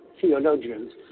theologians